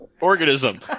organism